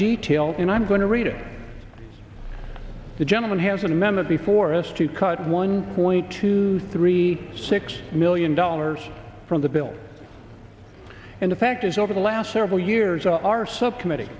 detail and i'm going to read it the gentleman has been a member before us to cut one point two three six million dollars from the bill and the fact is over the last several years our subcommitte